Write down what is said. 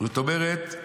זאת אומרת,